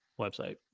website